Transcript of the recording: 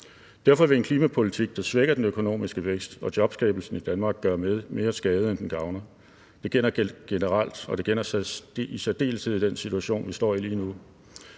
Derfor vil en klimapolitik, der svækker den økonomiske vækst og jobskabelsen i Danmark, gøre mere skade, end den vil gavne. Det gælder generelt, og det gælder i særdeleshed i den situation, vi står i lige nu.